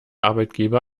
arbeitgeber